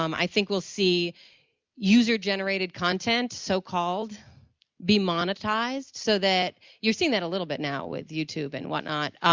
um i think we'll see user-generated content, so called be monetized so that you're seeing that a little bit now with youtube and what not.